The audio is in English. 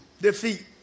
defeat